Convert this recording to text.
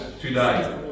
today